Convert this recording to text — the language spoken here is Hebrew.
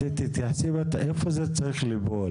איפה זה צריך להיות,